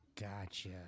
Gotcha